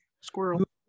Squirrel